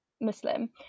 Muslim